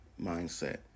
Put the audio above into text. mindset